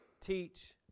teach